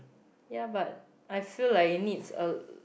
yeah but I feel like it needs a